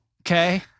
okay